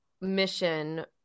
mission